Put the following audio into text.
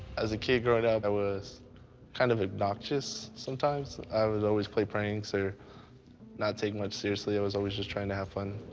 as a kid growing up, i was kind of obnoxious sometimes. i would always play pranks, or not take much seriously, i was always just trying to have fun.